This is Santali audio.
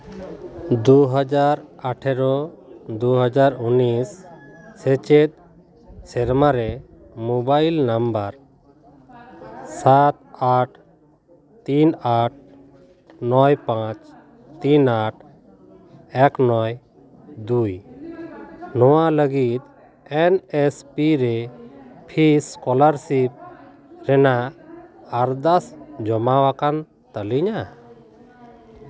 ᱫᱩ ᱦᱟᱡᱟᱨ ᱟᱴᱷᱮᱨᱳ ᱫᱩ ᱦᱟᱡᱟᱨ ᱩᱱᱤᱥ ᱥᱮᱪᱮᱫ ᱥᱮᱨᱢᱟ ᱨᱮ ᱢᱳᱵᱟᱭᱤᱞ ᱱᱟᱢᱵᱟᱨ ᱥᱟᱛ ᱟᱴ ᱛᱤᱱ ᱟᱴ ᱱᱚᱭ ᱯᱟᱸᱪ ᱛᱤᱱ ᱟᱴ ᱮᱠ ᱱᱚᱭ ᱫᱩᱭ ᱱᱚᱣᱟ ᱞᱟᱹᱜᱤᱫ ᱮᱱ ᱮᱥ ᱯᱤ ᱨᱮ ᱯᱷᱤ ᱥᱠᱚᱞᱟᱨᱥᱤᱯ ᱨᱮᱱᱟᱜ ᱟᱨᱫᱟᱥ ᱡᱚᱢᱟ ᱟᱠᱟᱱ ᱛᱟᱹᱞᱤᱧᱟ